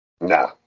Nah